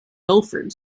milford